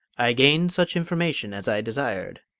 i gained such information as i desired,